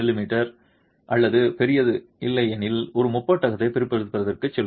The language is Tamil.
மீ அல்லது பெரியது இல்லையெனில் ஒரு முப்பட்டகத்தை பிரித்தெடுப்பதற்குச் செல்லுங்கள்